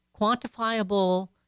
quantifiable